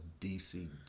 DC